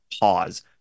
pause